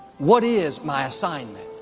what is my assignment?